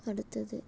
அடுத்தது